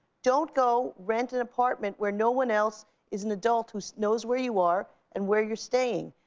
don't go rent an apartment where no one else is an adult who knows where you are and where you're staying.